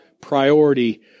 priority